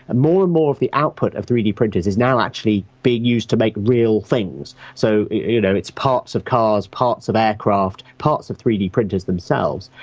ah more and more of the output of three d printers is now actually being used to make real things. so you know, it's parts of cars, parts of aircraft, parts of three d printers themselves,